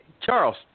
Charles